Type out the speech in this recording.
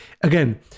again